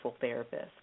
therapist